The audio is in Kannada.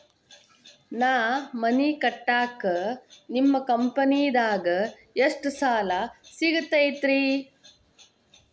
ನಾ ಮನಿ ಕಟ್ಟಾಕ ನಿಮ್ಮ ಕಂಪನಿದಾಗ ಎಷ್ಟ ಸಾಲ ಸಿಗತೈತ್ರಿ?